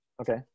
Okay